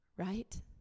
right